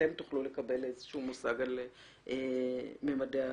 אתם תוכלו לקבל מושג עלך ממדי התופעה.